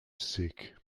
sick